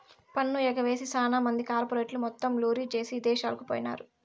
పన్ను ఎగవేసి సాన మంది కార్పెరేట్లు మొత్తం లూరీ జేసీ ఇదేశాలకు పోయినారు